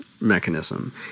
mechanism